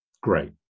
great